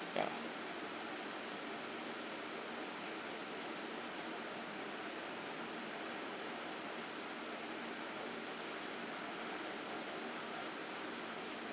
ya